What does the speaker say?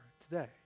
today